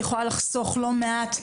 יכולה לחסוך לא מעט,